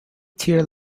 tier